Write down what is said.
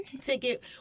ticket